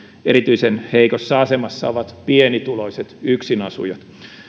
erityisen heikossa asemassa ovat pienituloiset yksinasujat